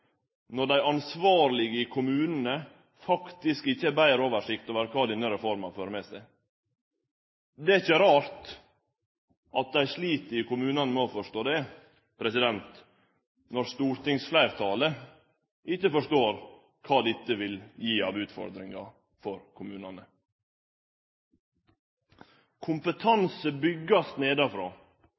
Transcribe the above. når dei ansvarlege i kommunane faktisk ikkje har betre oversikt over kva denne reforma fører med seg. Det er ikkje rart at dei slit i kommunane med å forstå det, når stortingsfleirtalet ikkje forstår kva dette vil gi av utfordringar for